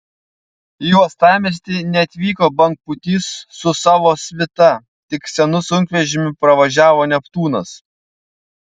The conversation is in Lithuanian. į uostamiestį neatvyko bangpūtys su savo svita tik senu sunkvežimiu pravažiavo neptūnas